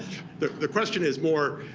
the the question is more,